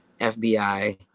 FBI